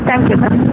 thank you madam